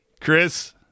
Chris